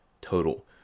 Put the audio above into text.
total